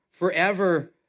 Forever